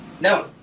no